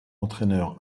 entraîneur